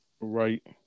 Right